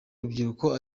rubyiruko